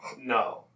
No